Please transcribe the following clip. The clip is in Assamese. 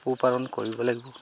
পোহপালন কৰিব লাগিব